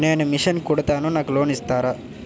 నేను మిషన్ కుడతాను నాకు లోన్ ఇస్తారా?